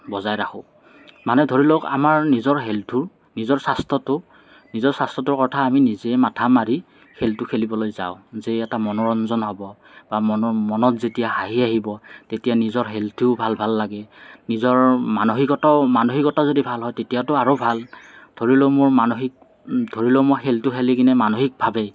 বজাই ৰাখোঁ মানে ধৰি লওঁক আমাৰ নিজৰ হেলথটো নিজৰ স্বাস্থ্যটো নিজৰ স্বাস্থ্যটোৰ কথা আমি নিজেই মাথা মাৰি খেলটো খেলিবলৈ যাওঁ যে এটা মনোৰঞ্জন হ'ব বা মন মনত যেতিয়া হাঁহি আহিব তেতিয়া নিজৰ হেলথও ভাল ভাল লাগে নিজৰ মানসিকতাও মানসিকতাই যদি ভাল হয় তেতিয়াটো আৰু ভাল ধৰি লওঁক মোৰ মানসিক ধৰি লওঁক মোৰ খেলটো খেলিকিনে মানসিকভাৱে